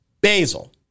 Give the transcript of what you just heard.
Basil